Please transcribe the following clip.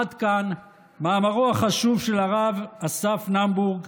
עד כאן מאמרו החשוב של הרב אסף נאומבורג,